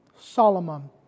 Solomon